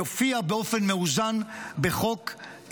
יופיע באופן מאוזן בחוק-יסוד: